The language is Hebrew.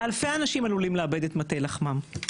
אלפי אנשים עלולים לאבד את מטה לחמם,